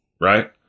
Right